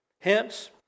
hence